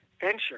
venture